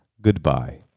Goodbye